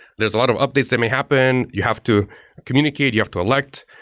there're a lot of updates that may happen. you have to communicate. you have to elect.